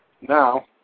Now